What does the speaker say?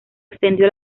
extendió